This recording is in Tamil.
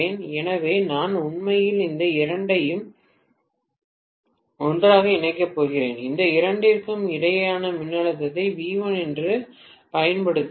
எனவே நான் உண்மையில் இந்த இரண்டையும் இந்த இரண்டையும் ஒன்றாக இணைக்கப் போகிறேன் இந்த இரண்டிற்கும் இடையேயான மின்னழுத்தத்தை வி 1 என்று பயன்படுத்துகிறேன்